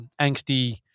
angsty